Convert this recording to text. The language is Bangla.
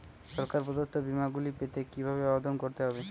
সরকার প্রদত্ত বিমা গুলি পেতে কিভাবে আবেদন করতে হবে?